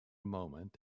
moment